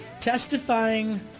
testifying